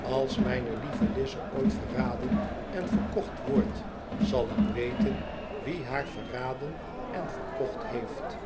als mijne lieve lize ooit verradenen verkocht wordt zal ik weten wie haar verraden en verkocht heeft